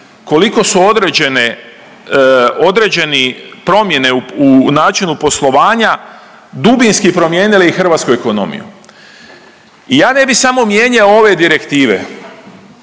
koliko su određeni promjene u načinu poslovanja dubinski promijenili hrvatsku ekonomiju. I je ne bi samo mijenjao ove direktive